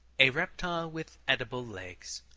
a reptile with edible legs.